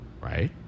right